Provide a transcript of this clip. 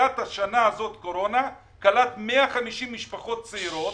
שמתחילת הקורונה קלט 150 משפחות צעירות